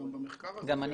גם במחקר הזה,